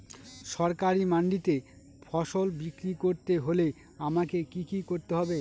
সরকারি মান্ডিতে ফসল বিক্রি করতে হলে আমাকে কি কি করতে হবে?